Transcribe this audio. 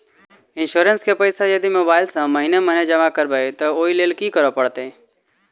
Insurance केँ पैसा यदि मोबाइल सँ महीने महीने जमा करबैई तऽ ओई लैल की करऽ परतै?